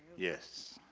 yes.